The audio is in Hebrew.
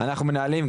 אנחנו מנהלים,